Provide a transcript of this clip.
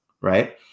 Right